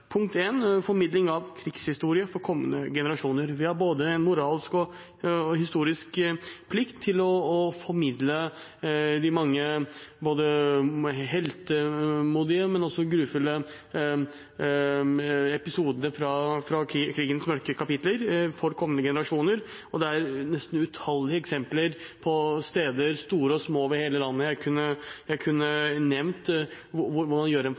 Formidling av krigshistorie for kommende generasjoner Vi har både moralsk og historisk plikt til å formidle de mange heltemodige, men også grufulle, episodene fra krigens mørke kapitler for kommende generasjoner. Det er nesten utallige eksempler på steder, store og små, over hele landet jeg kunne ha nevnt, hvor det gjøres en fantastisk innsats for å få fram disse historiene, slik at de ikke skal bli glemt. Vi mener dette er et viktig ansvar for